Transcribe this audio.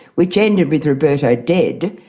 which ended with roberto dead,